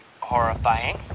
horrifying